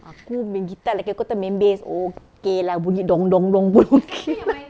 aku main guitar lelaki aku itu main bass okay lah bunyi dong~ dong~ dong~ pun okay lah